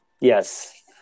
Yes